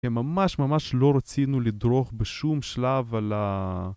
הם ממש ממש לא רצינו לדרוך בשום שלב על ה...